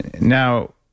Now